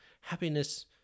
Happiness